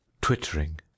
Twittering